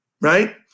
Right